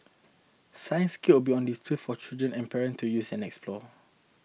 science kits will be on display for children and parents to use and explore